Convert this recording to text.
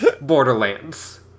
Borderlands